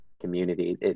Community